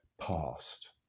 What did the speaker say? past